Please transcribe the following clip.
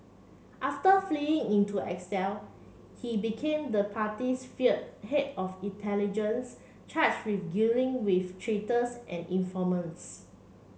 after fleeing into exile he became the party's feared head of intelligence charge with dealing with traitors and informants